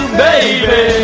baby